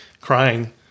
crying